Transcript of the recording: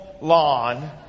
lawn